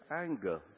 anger